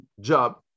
job